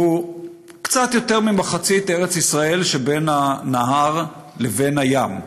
קצת יותר ממחצית ארץ ישראל שבין הנהר לבין הים,